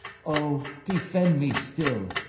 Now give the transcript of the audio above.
o, defend me still!